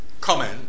comment